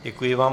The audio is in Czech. Děkuji vám.